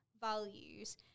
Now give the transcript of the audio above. values